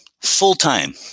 Full-time